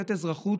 לתת אזרחות,